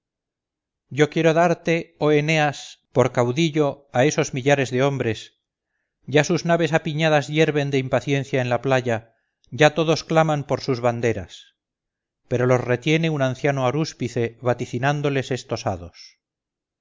yo quiero darte oh eneas por caudillo a esos millares de hombres ya sus naves apiñadas hierven de impaciencia en la playa ya todos claman por sus banderas pero los retiene un anciano